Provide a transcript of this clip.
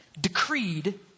decreed